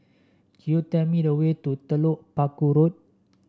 could you tell me the way to Telok Paku Road